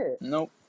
nope